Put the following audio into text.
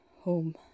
Home